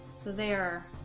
so they're